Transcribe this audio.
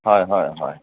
হয় হয় হয়